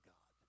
God